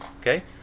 okay